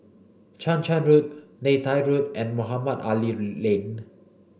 Chang Charn Road Neythai Road and Mohamed Ali Lane